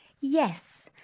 Yes